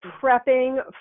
prepping